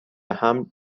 حمل